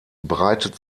breitet